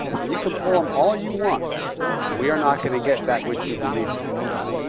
and you can pull them all you want and we are not going to get that which you believe we really need.